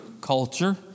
culture